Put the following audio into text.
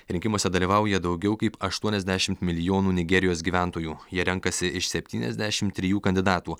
rinkimuose dalyvauja daugiau kaip aštuoniasdešimt milijonų nigerijos gyventojų jie renkasi iš septyniasdešimt trijų kandidatų